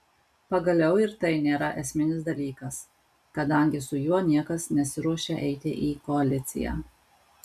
pagaliau ir tai nėra esminis dalykas kadangi su juo niekas nesiruošia eiti į koaliciją